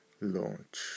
launch